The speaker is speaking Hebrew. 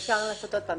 לגבי סעיף 12?